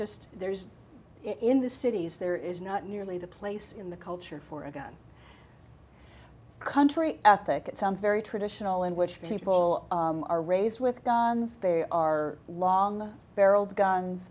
just there's in the cities there is not nearly the place in the culture for a gun country ethic it sounds very traditional in which people are raised with guns there are long barreled guns